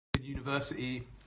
university